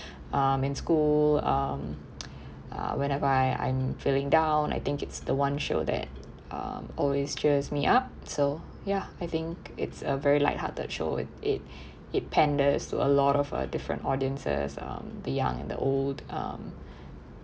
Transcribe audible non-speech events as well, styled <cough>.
um in school um <breath> uh whenever I I'm feeling down I think it's the one show that um always cheers me up so ya I think it's a very lighthearted show it it <breath> it panders to a lot of uh different audiences um the young and the old um